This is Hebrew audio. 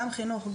גם חינוך,